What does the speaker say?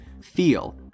feel